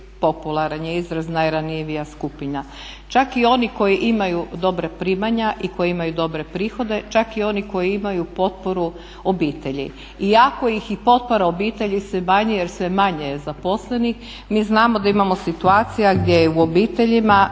popularan je izraz, najranjivija skupina. Čak i oni koji imaju dobra primanja i koji imaju dobre prihode, čak i oni koji imaju potporu obitelji. Iako je potpora obitelji sve manje jer sve manje je zaposlenih mi znamo da imamo situacija gdje je u obiteljima